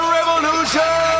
Revolution